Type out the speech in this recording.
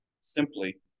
simply